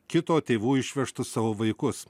kito tėvų išvežtus savo vaikus